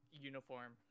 Uniform